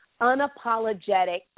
unapologetic